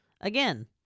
again